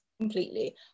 completely